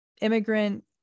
Immigrant